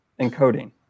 encoding